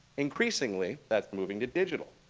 increasingly, that's moving to digital.